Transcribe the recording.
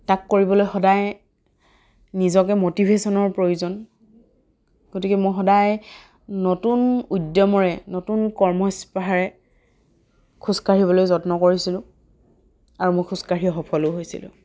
তাক কৰিবলৈ সদায় নিজকে ম'তিভেশ্যনৰ প্ৰয়োজন গতিকে মই সদায় নতুন উদ্যমৰে নতুন কৰ্মস্পৃহাৰে খোজকাঢ়িবলৈ যত্ন কৰিছিলোঁ আৰু মই খোজকাঢ়ি সফলো হৈছিলোঁ